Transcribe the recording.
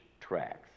tracks